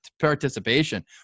participation